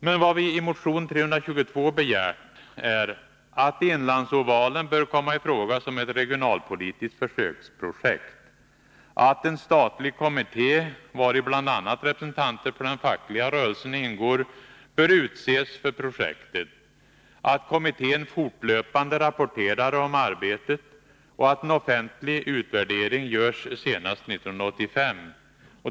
Men vi framför i motion 322 att Inlandsovalen bör komma i fråga som ett regionalpolitiskt försöksprojekt, att en statlig kommitté, vari bl.a. representanter för den fackliga rörelsen ingår, bör utses för projektet, att kommittén fortlöpande rapporterar om arbetet och att en offentlig utvärdering görs senast 1985.